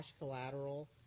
collateral